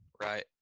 right